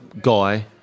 guy